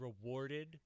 rewarded